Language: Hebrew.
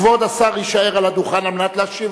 כבוד השר יישאר על הדוכן על מנת להשיב